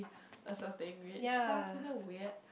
starts with a weird